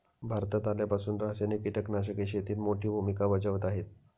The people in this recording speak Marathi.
भारतात आल्यापासून रासायनिक कीटकनाशके शेतीत मोठी भूमिका बजावत आहेत